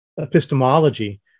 epistemology